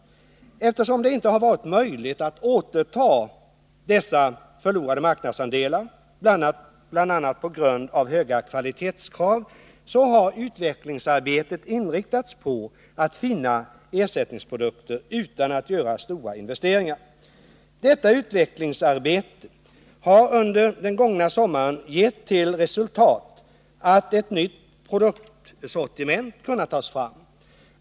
Eftersom det inte har varit möjligt att återta dessa förlorade marknadsandelar, bl.a. på grund av höga kvalitetskrav, har utvecklingsarbetet inriktats på att finna ersättningsprodukter som inte kräver stora investeringar. Detta utvecklingsarbete har under den gångna sommaren gett till resultat att ett nytt produktsortiment kunnat tas fram.